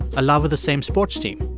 a love of the same sports team,